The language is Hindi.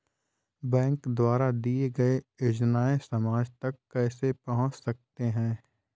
बैंक द्वारा दिए गए योजनाएँ समाज तक कैसे पहुँच सकते हैं?